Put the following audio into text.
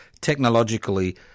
technologically